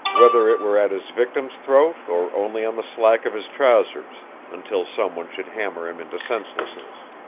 whether it were at his victim's throat or only on the slack of his trousers until someone should hammer him into senselessness.